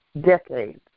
Decades